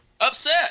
upset